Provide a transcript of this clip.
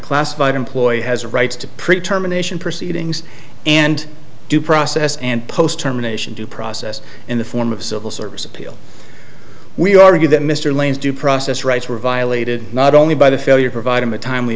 classified employee has rights to pre term anation proceedings and due process and post terminations due process in the form of civil service appeal we argued that mr lane's due process rights were violated not only by the failure providing the timely